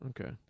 Okay